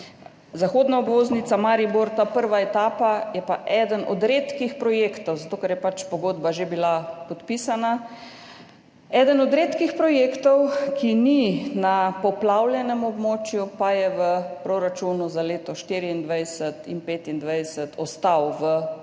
Zahodna obvoznica Maribor, ta prva etapa, je pa eden od redkih projektov – zato ker je pač pogodba že bila podpisana – ki ni na poplavljenem območju, pa je v proračunih za leto 2024 in 2025 ostal v proračunu.